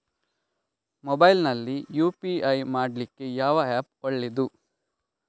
Mobile ನಲ್ಲಿ UPI ಮಾಡ್ಲಿಕ್ಕೆ ಯಾವ ಆ್ಯಪ್ ಒಳ್ಳೇದು?